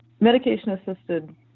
medication-assisted